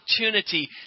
opportunity